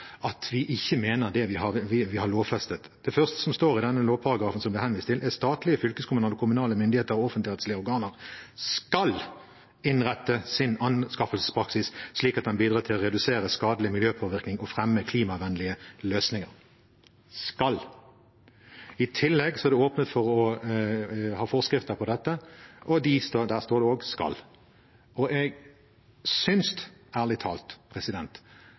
at vi ikke mener det vi har lovfestet. Det første som står i denne lovparagrafen som det ble henvist til, er: «Statlige, fylkeskommunale og kommunale myndigheter og offentligrettslige organer skal innrette sin anskaffelsespraksis slik at den bidrar til å redusere skadelig miljøpåvirkning, og fremme klimavennlige løsninger.» Det står altså «skal». I tillegg er det åpnet for å ha forskrifter til dette, og der står det også «skal». Jeg